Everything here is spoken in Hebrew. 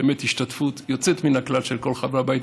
באמת השתתפות יוצאת מן הכלל של כל חברי הבית,